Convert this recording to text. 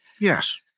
yes